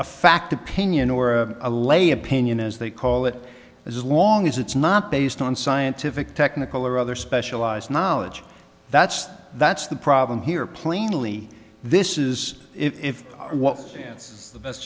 fact opinion or a lay opinion as they call it as long as it's not based on scientific technical or other specialized knowledge that's the that's the problem here plainly this is if what the best